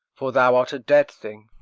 for thou art a dead thing.